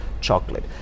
chocolate